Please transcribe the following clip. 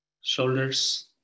shoulders